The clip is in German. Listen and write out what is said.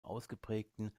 ausgeprägten